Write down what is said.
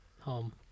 home